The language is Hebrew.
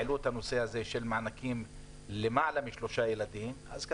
העלו את הנושא של מענקים למשפחות עם שלושה ילדים ומעלה